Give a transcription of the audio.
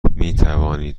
میتوانید